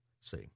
See